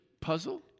puzzle